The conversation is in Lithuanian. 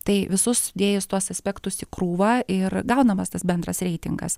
tai visus sudėjus tuos aspektus į krūvą ir gaunamas tas bendras reitingas